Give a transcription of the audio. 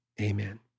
Amen